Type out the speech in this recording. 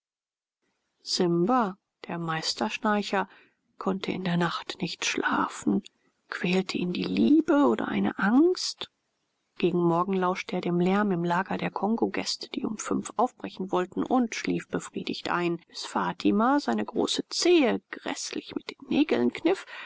simba der meisterschnarcher konnte in der nacht nicht schlafen quälte ihn die liebe oder eine angst gegen morgen lauschte er dem lärm im lager der kongogäste die um fünf aufbrechen wollten und schlief befriedigt ein bis fatima seine große zehe gräßlich mit den nägeln kniff